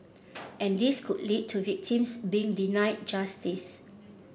and this could lead to victims being denied justice